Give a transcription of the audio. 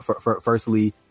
firstly